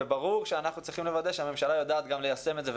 וברור שאנחנו צריכים לוודא שהממשלה יודעת גם ליישם את זה,